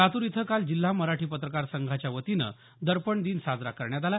लातूर इथं काल जिल्हा मराठी पत्रकार संघाच्यावतीनं दर्पण दिन साजरा करण्यात आला